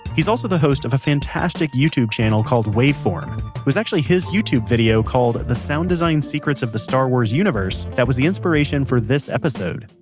he's also the host of a fantastic youtube channel called waveform. it was actually his youtube video called the sound design secrets of the star wars universe, that was the inspiration for this episode.